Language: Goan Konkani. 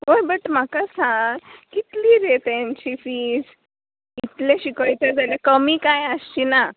हय बट म्हाका सांग कितली रे तेंची फीज इतलें शिकोयता जाल्यार कमी कांय आसचीना